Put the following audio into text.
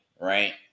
right